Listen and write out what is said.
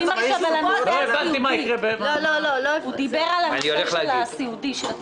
הוא דיבר על הסיעודי.